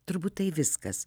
turbūt tai viskas